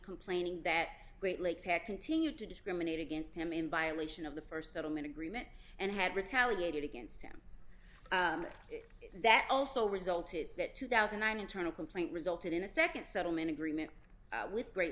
complaining that great lakes had continued to discriminate against him in violation of the st settlement agreement and had retaliated against him that also resulted that two thousand and nine internal complaint resulted in a nd settlement agreement with great